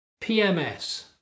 PMS